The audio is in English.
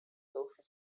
social